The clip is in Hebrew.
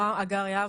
לעונג הוא לי.